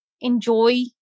enjoy